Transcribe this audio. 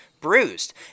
*Bruised*